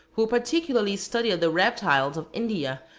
who particularly studied the reptiles of india,